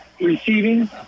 receiving